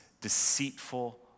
deceitful